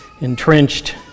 entrenched